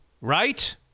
right